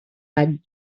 any